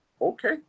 Okay